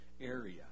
area